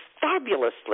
fabulously